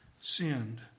sinned